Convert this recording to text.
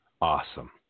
Awesome